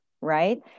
right